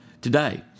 today